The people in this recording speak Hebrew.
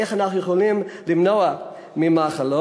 איך אנחנו יכולים למנוע מחלות.